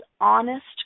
honest